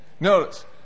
Notice